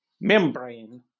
membrane